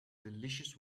delicious